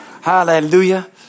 Hallelujah